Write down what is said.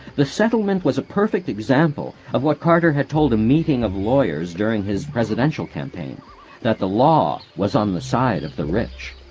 the settlement was a perfect example of what carter had told a meeting of lawyers during his presidential campaign that the law was on the side of the rich.